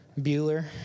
Bueller